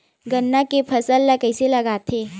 गन्ना के फसल ल कइसे लगाथे?